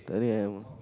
yesterday I'm